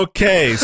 Okay